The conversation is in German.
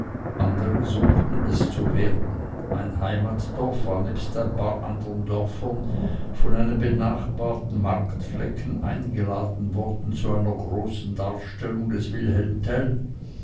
andere suchten es zu werden mein heimatdorf war nebst ein paar anderen dörfern von einem benachbarten marktflecken eingeladen worden zu einer großen darstellung des wilhelm tell